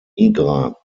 nigra